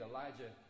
Elijah